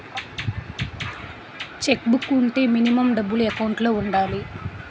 Check book వుంటే minimum డబ్బులు account లో ఉండాలి?